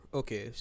okay